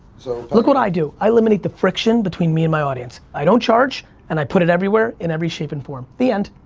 so look what i do, i eliminate the friction between me and my audience, i don't charge and i put it everywhere in every shape and form, the end.